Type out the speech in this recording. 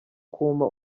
kumpa